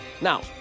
Now